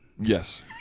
Yes